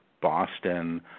Boston